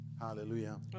Hallelujah